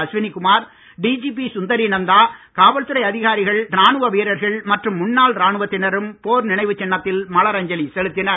Ashwini Kumar DGP Sundari Nanda காவல்துறை அதிகாரிகள் ராணுவ வீரர்கள் மற்றும் முன்னாள் ராணுவத்தினரும் போர் நினைவு சின்னத்தில் மலர் அஞ்சலி செலுத்தினர்